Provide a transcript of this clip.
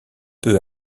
peu